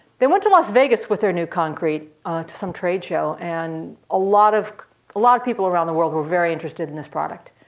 they went to las vegas with their new concrete to some trade show, and a lot of lot of people around the world were very interested in this product.